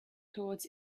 toward